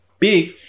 Big